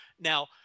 Now